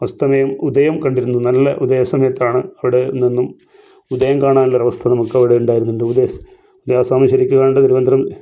അസ്തമയം ഉദയം കണ്ടിരുന്നു നല്ല ഉദയ സമയത്താണ് അവിടെ നിന്നും ഉദയം കാണാനുള്ള ഒരു അവസ്ഥ നമുക്ക് അവിടെ ഉണ്ടായിരുന്ന് ഉണ്ട് ഉദയ ഉദയാസ്തമയം ശരിക്കും കാണേണ്ടത് തിരുവനന്തപുരം